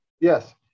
Yes